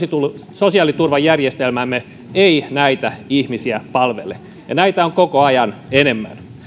sosiaaliturvajärjestelmämme ei näitä ihmisiä palvele ja heitä on koko ajan enemmän